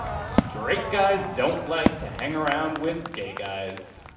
straight guys don't like to hang around with gay guys.